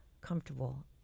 comfortable